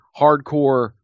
hardcore